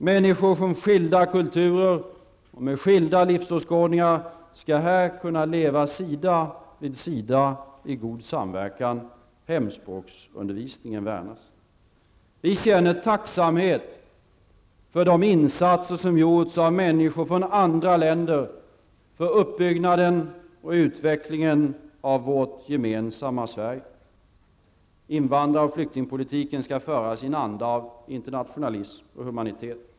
Människor från skilda kulturer och med skilda livsåskådningar skall här kunna leva sida vid sida i god samverkan. Vi känner tacksamhet för de insatser som gjorts av människor från andra länder för uppbyggnaden och utvecklingen av vårt gemensamma Sverige. Invandrar och flyktingpolitiken skall föras i en anda av internationalism och humanitet.